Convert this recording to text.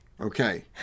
Okay